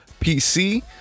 PC